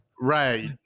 Right